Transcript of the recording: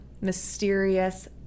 mysterious